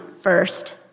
first